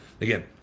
again